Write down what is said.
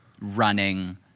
running